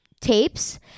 tapes